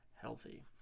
healthy